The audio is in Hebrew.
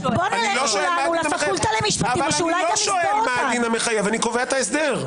אני קובע את ההסדר.